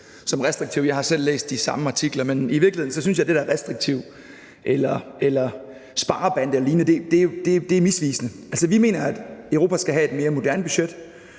som restriktive. Jeg har selv læst de samme artikler. Men i virkeligheden synes jeg, at det der med, at det er restriktivt eller sparebande eller lignende, er misvisende. Altså, vi mener, at Europa skal have et mere moderne budget.